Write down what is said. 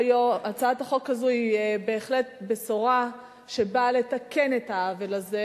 הצעת החוק הזאת היא בהחלט בשורה שבאה לתקן את העוול הזה,